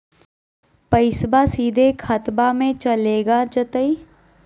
पैसाबा सीधे खतबा मे चलेगा जयते?